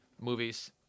movies